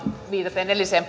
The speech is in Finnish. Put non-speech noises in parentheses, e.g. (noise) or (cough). viitaten edelliseen (unintelligible)